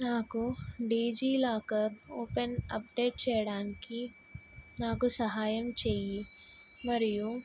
నాకు DigiLocker open update చెయ్యడానికి నాకు సహాయం చెయ్యి మరియు